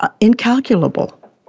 incalculable